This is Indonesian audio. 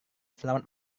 selamat